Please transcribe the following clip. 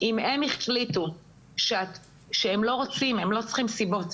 אם הם החליטו שהם לא רוצים, הם לא צריכים סיבות,